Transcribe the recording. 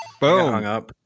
Boom